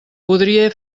podria